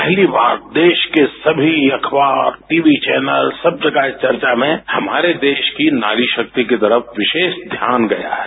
पहली बार देश के सभी अखबार टीवी चौनल सब जगह है चर्चा में हमारे देश की नारी शक्ति की तरफ विशेष ध्यान गया है